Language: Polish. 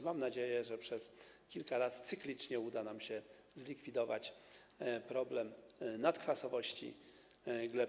Mam nadzieję, że przez kilka lat, cyklicznie uda nam się zlikwidować problem nadkwasowości gleb.